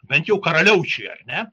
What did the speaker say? bent jau karaliaučiuje ar ne